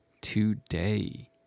today